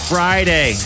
Friday